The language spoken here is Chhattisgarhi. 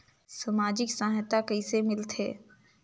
समाजिक सहायता कइसे मिलथे?